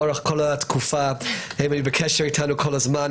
לאורך כל התקופה הם היו בקשר אתנו כל הזמן,